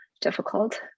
difficult